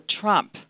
Trump